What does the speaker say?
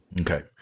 Okay